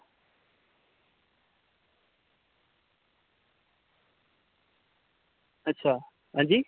अच्छा अंजी